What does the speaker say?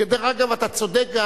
דרך אגב, אתה גם צודק,